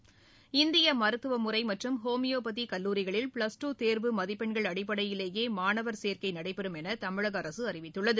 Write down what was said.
தமிழகத்தில் இந்திய மருத்துவமுறை மற்றும் ஹோமியோபதி கல்லூரிகளில் பிளஸ்டூ தேர்வு மதிப்பெண்கள் அடிப்படையிலேயே மாணவர் சேர்க்கை நடைபெறும் என தமிழக அரசு அறிவித்துள்ளது